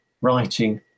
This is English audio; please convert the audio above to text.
writing